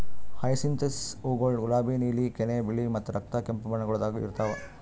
hyacinthus ಹೂವುಗೊಳ್ ಗುಲಾಬಿ, ನೀಲಿ, ಕೆನೆ, ಬಿಳಿ ಮತ್ತ ರಕ್ತ ಕೆಂಪು ಬಣ್ಣಗೊಳ್ದಾಗ್ ಇರ್ತಾವ್